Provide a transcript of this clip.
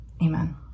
amen